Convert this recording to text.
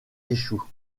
échouent